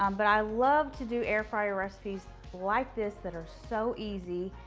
um but i love to do air fryer recipes like this that are so easy.